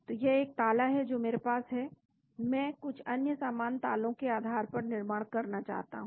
तो यह एक ताला है जो मेरे पास है मैं कुछ अन्य समान तालो के आधार पर निर्माण करना चाहता हूं